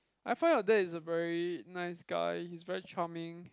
I find your dad is a very nice guy he's very charming